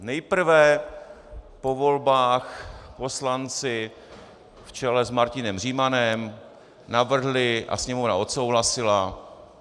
Nejprve po volbách poslanci v čele s Martinem Římanem navrhli a Sněmovna odsouhlasila...